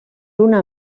una